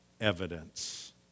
evidence